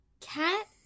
Cat